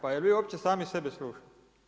Pa jel vi uopće same sebe slušate?